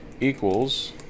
equals